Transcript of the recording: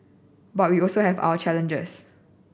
but we also have our challenges